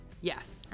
Yes